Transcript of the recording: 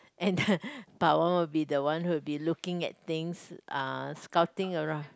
and the Bao-wen one will the one who will be looking at things uh scouting around